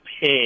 pay